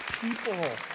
people